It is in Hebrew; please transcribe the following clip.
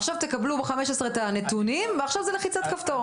עכשיו תקבלו ב-15 את הנתונים ועכשיו זה בלחיצת כפתור.